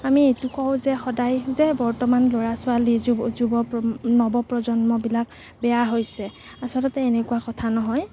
আমি এইটো কওঁ যে সদায় যে বৰ্তমান ল'ৰা ছোৱালী নৱপ্ৰজন্মবিলাক বেয়া হৈছে আচলতে এনেকুৱা কথা নহয়